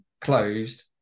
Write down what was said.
closed